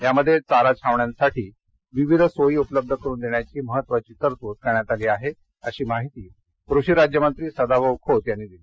यामध्ये चारा छावण्यांसाठी विविध सोयी उपलब्ध करुन देण्याची महत्त्वाची तरतूद करण्यात आली आहे अशी माहिती कृषी राज्यमंत्री सदाभाऊ खोत यांनी दिली